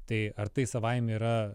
tai ar tai savaime yra